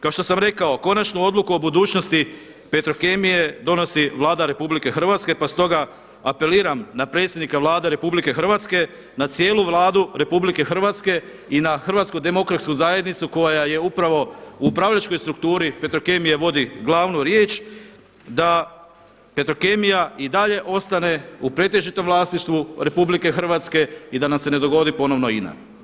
Kao što sam rekao, konačnu odluku o budućnosti Petrokemije donosi Vlada RH pa stoga apeliram na predsjednika Vlade RH na cijelu Vladu RH i na HDZ koja je upravo u upravljačkoj strukturi Petrokemije vodi glavnu riječ da Petrokemija i dalje ostane u pretežitom vlasništvu RH i da nama se ne dogodi ponovno INA.